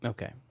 Okay